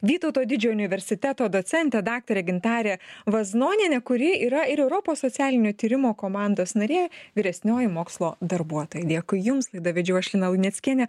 vytauto didžiojo universiteto docentę daktarę gintarę vaznonienę kuri yra ir europos socialinio tyrimo komandos narė vyresnioji mokslo darbuotoja dėkui jums laidą vedžiau aš lina luneckienė